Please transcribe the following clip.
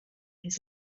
his